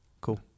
Cool